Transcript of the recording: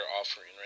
offering